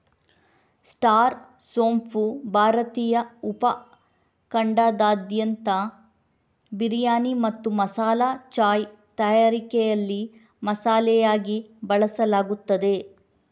star ಸೋಂಪು ಭಾರತೀಯ ಉಪ ಖಂಡದಾದ್ಯಂತ ಬಿರಿಯಾನಿ ಮತ್ತು ಮಸಾಲಾ ಚಾಯ್ ತಯಾರಿಕೆಯಲ್ಲಿ ಮಸಾಲೆಯಾಗಿ ಬಳಸಲಾಗುತ್ತದೆ